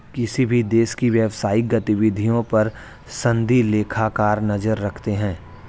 किसी भी देश की व्यवसायिक गतिविधियों पर सनदी लेखाकार नजर रखते हैं